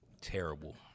terrible